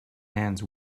hands